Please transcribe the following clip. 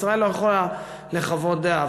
ישראל לא יכולה לחוות דעה.